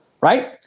right